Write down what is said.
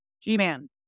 G-Man